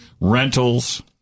rentals